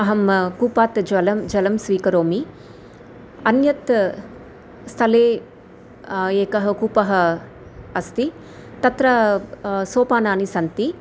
अहं कूपात् ज्वलं जलं स्वीकरोमि अन्यस्मिन् स्थले एकः कूपः अस्ति तत्र सोपानानि सन्ति